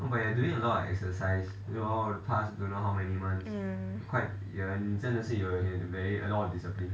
mm